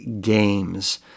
Games